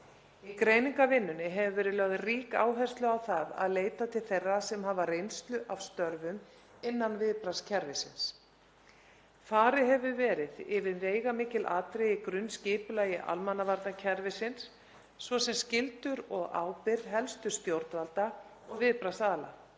Í greiningarvinnunni hefur verið lögð rík áhersla á að leita til þeirra sem hafa reynslu af störfum innan viðbragðskerfisins. Farið hefur verið yfir veigamikil atriði í grunnskipulagi almannavarnakerfisins, svo sem skyldur og ábyrgð helstu stjórnvalda og viðbragðsaðila.